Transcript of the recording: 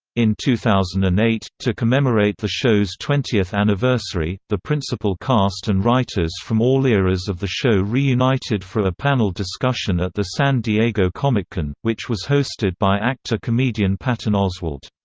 in two thousand and eight, to commemorate the show's twentieth anniversary, the principal cast and writers from all eras of the show reunited for a panel discussion at the san diego comic-con, which was hosted by actor-comedian patton oswalt.